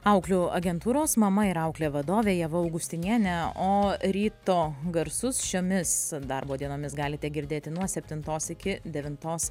auklių agentūros mama ir auklė vadovė ieva augustinienė o ryto garsus šiomis darbo dienomis galite girdėti nuo septintos iki devintos